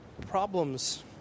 problems